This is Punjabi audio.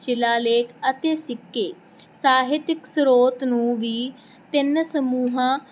ਸ਼ਿਲਾਲੇਖ ਅਤੇ ਸਿੱਕੇ ਸਾਹਿਤਿਕ ਸਰੋਤ ਨੂੰ ਵੀ ਤਿੰਨ ਸਮੂਹਾਂ